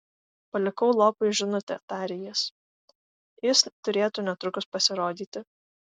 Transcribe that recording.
palikau lopui žinutę tarė jis jis turėtų netrukus pasirodyti